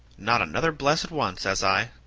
not another blessed one, says i.